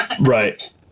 Right